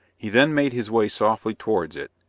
he then made his way softly towards it,